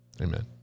amen